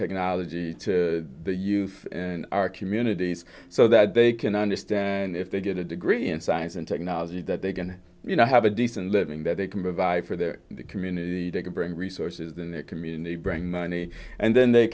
technology to the youth in our communities so that they can understand if they get a degree in science and technology that they can you know have a decent living that they can provide for their community they can bring resources in their community bring money and then they